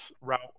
route